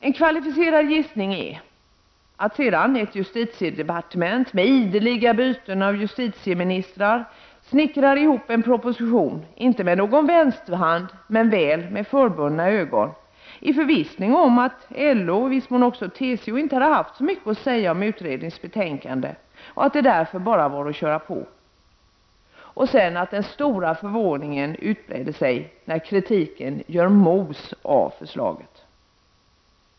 En kvalificerad gissning är att ett justitiedepartement med ideliga byten av justitieministrar sedan snickrade ihop en proposition — inte med någon vänsterhand, men väl med förbundna ögon -— i förvissning om att LO och i viss mån också TCO inte hade haft så mycket att säga om utredningens betänkande och att det därför bara var att köra på. Stor förvåning utbredde sig när kritiken gjorde mos av förslaget.